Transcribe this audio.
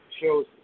show's